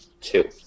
two